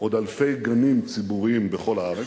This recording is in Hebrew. עוד אלפי גנים ציבוריים בכל הארץ.